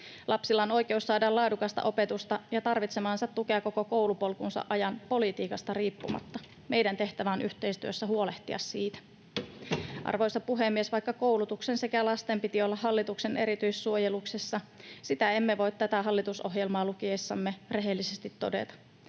Lapsilla on oikeus saada laadukasta opetusta ja tarvitsemaansa tukea koko koulupolkunsa ajan politiikasta riippumatta. Meidän tehtävämme on yhteistyössä huolehtia siitä. Arvoisa puhemies! Vaikka koulutuksen sekä lasten piti olla hallituksen erityissuojeluksessa, sitä emme voi tätä hallitusohjelmaa lukiessamme rehellisesti todeta.